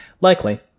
Likely